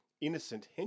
Innocent